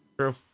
True